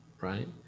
right